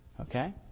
Okay